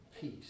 peace